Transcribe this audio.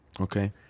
Okay